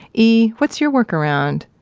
e, what's your workaround?